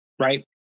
right